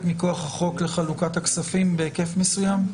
מכוח החוק לחלוקת הכספים בהיקף מסוים?